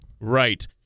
Right